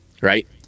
Right